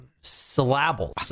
syllables